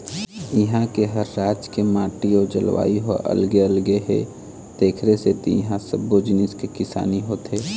इहां के हर राज के माटी अउ जलवायु ह अलगे अलगे हे तेखरे सेती इहां सब्बो जिनिस के किसानी होथे